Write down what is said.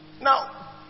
Now